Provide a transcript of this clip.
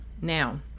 now